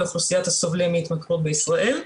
אוכלוסיית הסובלים מהתמכרות בישראל.